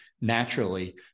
naturally